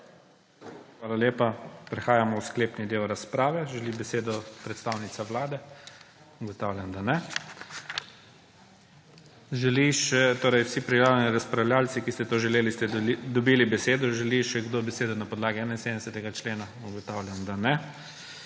Hvala lepa. Prehajamo v sklepni del razprave. Želi besedo predstavnica Vlade? Ugotavljam, da ne. Vsi prijavljeni razpravljavci, ki ste to želeli, ste dobili besedo. Želi še kdo besedo na podlagi 71. člena? Ugotavljam, da ne.